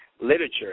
Literature